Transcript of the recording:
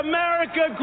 America